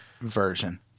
version